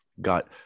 got